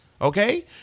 Okay